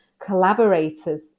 collaborators